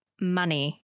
money